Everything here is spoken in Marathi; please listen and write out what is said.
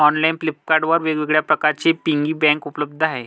ऑनलाइन फ्लिपकार्ट वर वेगवेगळ्या प्रकारचे पिगी बँक उपलब्ध आहेत